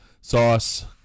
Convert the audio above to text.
Sauce